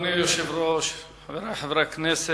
אדוני היושב-ראש, חברי חברי הכנסת,